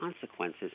consequences